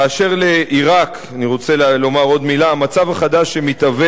באשר לעירק אני רוצה לומר עוד מלה: המצב החדש שמתהווה